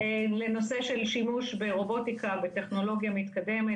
לנושא של שימוש ברובוטיקה בטכנולוגיה מתקדמת,